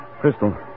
Crystal